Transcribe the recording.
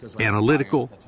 analytical